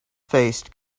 faced